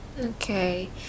Okay